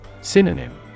Synonym